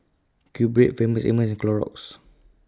QBread Famous Amos and Clorox